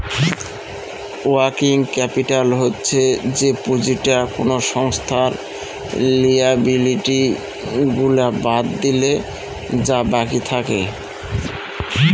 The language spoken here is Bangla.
ওয়ার্কিং ক্যাপিটাল হচ্ছে যে পুঁজিটা কোনো সংস্থার লিয়াবিলিটি গুলা বাদ দিলে যা বাকি থাকে